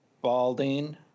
balding